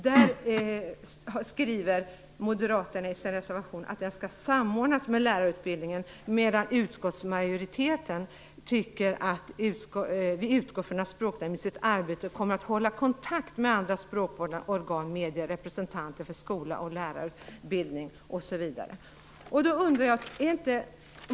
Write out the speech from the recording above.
Moderaterna skriver i sin reservation att det uppdraget skall samordnas med lärarutbildningen, medan utskottsmajoriteten utgår från att språknämnden i sitt arbete kommer att hålla kontakt med andra språkvårdande organ, medier och representanter för skola och lärarutbildning osv.